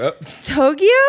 tokyo